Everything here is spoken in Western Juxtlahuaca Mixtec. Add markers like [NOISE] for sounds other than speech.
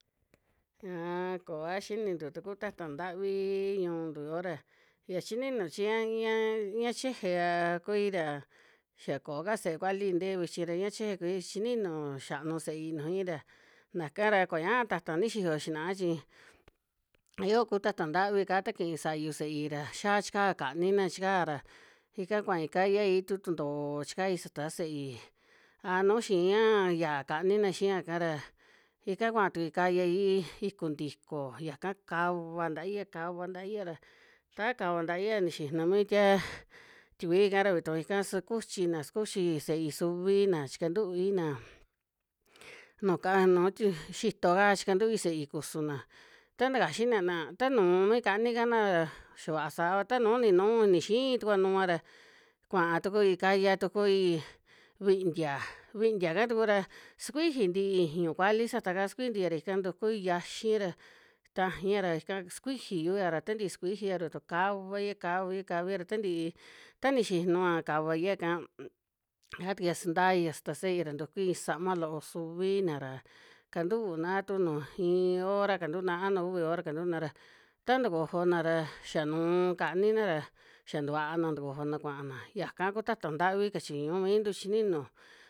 A'a koa xinintu taku ta'ta ntavii ñu'untu yo'o ra, ya chi ninu chi ñia, ñia chejea kui ra ya koo ka se'e kuali ntee vichi ra, ña cheje kui chininu xianu se'ei nujui ra naka ra koñaa ta'ta nio xiyo xinaa chi, ya [NOISE] yoo ku ta'ta ntavika ta kii sayu se'ei ra xiaa chika kanina chikaa ra, ika kuai kayai tu tuntoo chikai sata se'ei a nu xiiña yaa kanina xiaka ra, ika kua tukui kayai iku ntiko yaka kava ntaia, kava ntaia ra, ta kava ntiaia nixinu mi tia tikui'ka ra, vituu ika sakuchina, sakuchi se'ei suviina chikantuuina nu ka, nuu ti xito'ka chikantui se'ei kusuna, ta takaxi inina ta nuú mi kanikana ra xia vaa sava, ta nu ninuu ni xii tukua nua ra, kuaa tukui kaya tukui vintia, vintia'ka tuku ra sukuiji ntii ijñu kuali sataka sikuiji ntia ra ika ntukui yiaxi ra tajaia ra ika, skuijiyu'ya ra ta ntii sukijia ra vitu kavaia, kavaia, kavaia ra tantii, ta nixinua kavaia'ka [NOISE] xia tukuia sntaia sata se'ei ra, ntukui iin sama loo suviina ra, kantuuna a tu nu iin hora kantuuna, a nu uvi hora kantuna ra, ta ntukojona ra xia nuu kanina ra, xia tuvaana ntukojona kuana, yaka ku ta'ta ntavi kachiñu mintu chi ninu.